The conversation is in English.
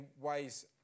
ways